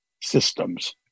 systems